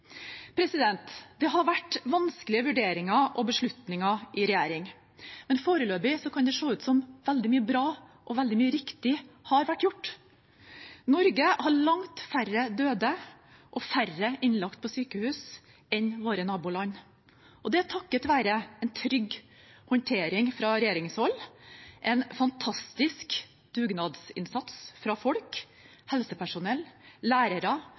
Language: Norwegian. Det har vært vanskelige vurderinger og beslutninger i regjeringen, men foreløpig kan det se ut som om veldig mye bra og veldig mye riktig har vært gjort. Norge har langt færre døde og færre innlagt på sykehus enn våre naboland. Takket være en trygg håndtering fra regjeringshold, en fantastisk dugnadsinnsats fra folk, helsepersonell, lærere,